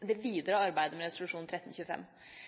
det